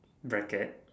bracket